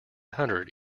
hundred